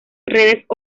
redes